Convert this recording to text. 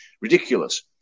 ridiculous